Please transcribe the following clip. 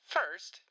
First